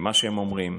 למה שהם אומרים.